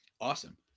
awesome